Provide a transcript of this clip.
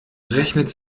rechnet